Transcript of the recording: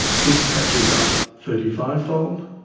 fish catches up thirty five fold.